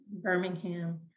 Birmingham